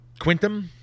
Quintum